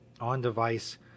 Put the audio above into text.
on-device